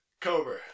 Cobra